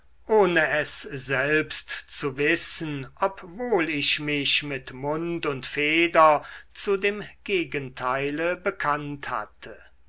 ohne es selbst zu wissen obwohl ich mich mit mund und feder zu dem gegenteile bekannt hatte